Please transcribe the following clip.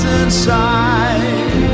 inside